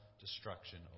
destruction